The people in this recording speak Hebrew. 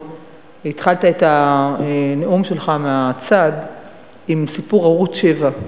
התחלת את הנאום שלך מהצד עם סיפור ערוץ-7.